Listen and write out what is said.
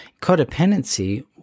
codependency